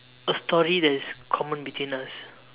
a story that is common between us